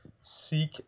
seek